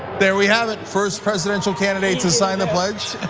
there we have it, first presidential candidate to sign the pledge.